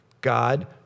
God